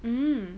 mm